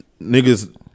Niggas